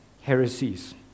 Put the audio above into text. heresies